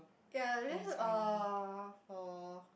ya there uh for